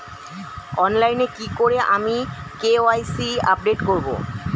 অনলাইনে কি করে আমি কে.ওয়াই.সি আপডেট করব?